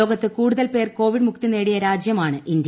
ലോകത്ത് കൂടുതൽ പേർ കോവിഡ് മുക്തി നേടിയ രാജ്യമാണ് ഇന്ത്യ